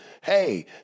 Hey